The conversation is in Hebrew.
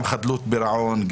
גם חדלות פירעון,